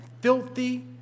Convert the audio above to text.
filthy